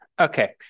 Okay